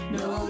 no